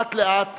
לאט-לאט